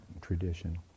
tradition